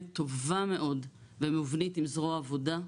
טובה מאוד ומובנית עם זרוע העבודה,